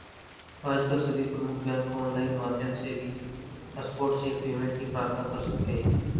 आजकल सभी प्रमुख बैंक ऑनलाइन माध्यम से भी स्पॉट चेक पेमेंट की प्रार्थना कर सकते है